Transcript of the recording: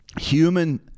human